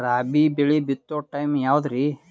ರಾಬಿ ಬೆಳಿ ಬಿತ್ತೋ ಟೈಮ್ ಯಾವದ್ರಿ?